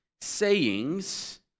sayings